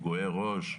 פגועי ראש,